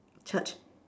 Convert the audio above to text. church